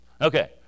okay